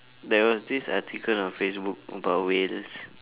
there was this article on Facebook about whales